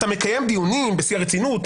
אתה מקיים דיונים בשיא הרצינות,